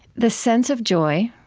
this sense of joy